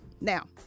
Now